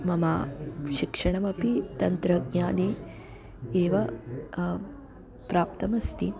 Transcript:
मम शिक्षणमपि तन्त्रज्ञाने एव प्राप्तमस्ति